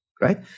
right